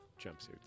jumpsuits